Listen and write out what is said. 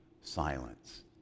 Silence